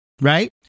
right